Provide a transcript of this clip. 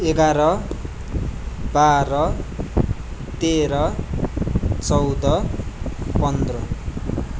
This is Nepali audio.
एघार बाह्र तेह्र चौध पन्ध्र